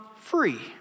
free